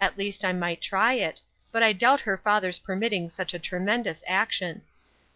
at least i might try it but i doubt her father's permitting such a tremendous action